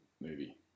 movie